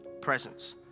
Presence